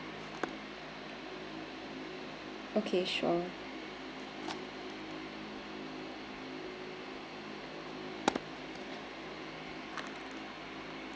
okay sure